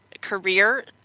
career